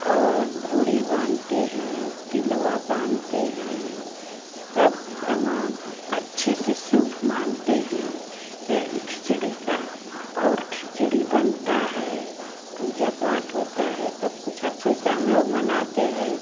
और ढोढी बाँधते हैं तिलवा बाँधते हैं सब तमाम अच्छे से शुभ मानते हैं खिचड़ी का और खिचड़ी बनती है पूजा पाठ होता है सब कुछ अच्छे से हमलोग मनाते हैं